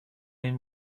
این